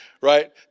right